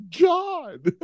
God